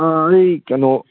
ꯑꯥ ꯑꯥ ꯑꯩ ꯀꯩꯅꯣ